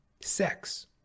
sex